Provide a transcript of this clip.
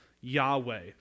Yahweh